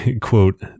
quote